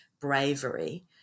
bravery